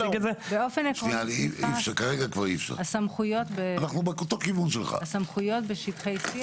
באופן עקרוני הסמכויות בשטחי C,